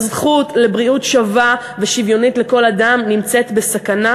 הזכות לבריאות שווה ושוויונית לכל אדם נמצאת בסכנה,